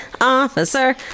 officer